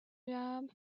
job